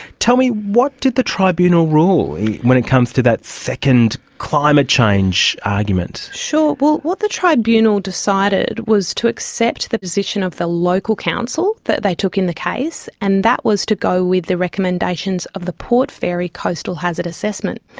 tell me, what did the tribunal rule when it comes to that second climate change argument? sure, what what the tribunal decided was to accept the position of the local council that they took in the case, and that was to go with the recommendations of the port fairy coastal hazard assessment.